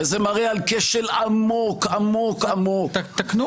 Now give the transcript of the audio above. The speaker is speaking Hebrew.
וזה מראה על כשל עמוק, עמוק, עמוק -- תקנו אותו.